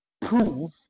prove